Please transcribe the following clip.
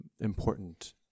important